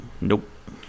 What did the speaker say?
Nope